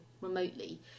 remotely